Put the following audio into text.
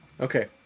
Okay